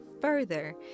further